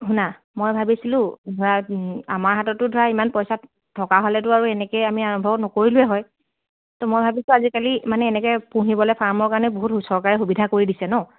শুনা মই ভাবিছিলোঁ ধৰা আমাৰ হাততো ধৰা ইমান পইচা থকা হ'লেতো আৰু এনেকে আমি আৰম্ভ নকৰিলোৱে হয় ত' মই ভাবিছোঁ আজিকালি মানে এনেকে পুহিবলৈ ফাৰ্মৰ কাৰণে বহুত চৰকাৰে সুবিধা কৰি দিছে ন